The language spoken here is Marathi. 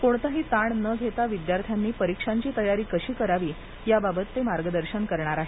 कोणताही ताण न घेता विद्यार्थ्यांनी परीक्षांची तयारी कशी करावी याबाबत ते मार्गदर्शन करणार आहेत